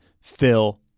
Phil